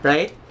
Right